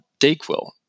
DayQuil